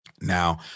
Now